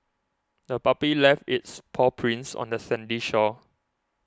the puppy left its paw prints on the sandy shore